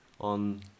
on